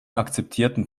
akzeptierten